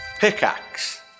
Pickaxe